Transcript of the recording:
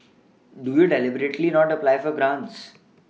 do you deliberately not apply for grants